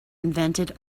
invented